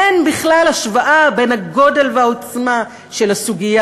אין בכלל השוואה בין הגודל והעוצמה של הסוגיה